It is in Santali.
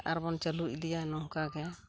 ᱟᱨᱵᱚᱱ ᱪᱟᱹᱞᱩ ᱤᱫᱤᱭᱟ ᱱᱚᱝᱠᱟᱜᱮ